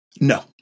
No